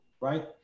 right